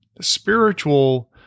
Spiritual